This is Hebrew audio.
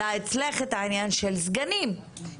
אצלך עלה עניין הסגנים,